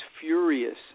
furious